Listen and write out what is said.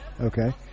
Okay